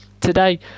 Today